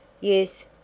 Yes